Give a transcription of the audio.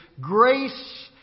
grace